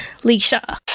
Leisha